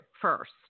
first